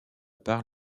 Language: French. part